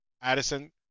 Addison